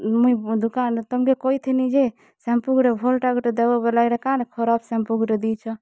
ମୁଇଁ ଦୁକାନେ ତମକେ କହିଥିନି ଯେ ସାମ୍ପୁ ଗୋଟେ ଭଲଟା ଗୋଟେ ଦେବ ବୋଲେ ଏଇଟା କାଁଣା ଖରାପ ସାମ୍ପୁ ଗୋଟେ ଦେଇଚ